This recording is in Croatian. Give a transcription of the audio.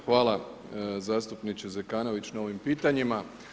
Hvala zastupniče Zekanović na ovim pitanjima.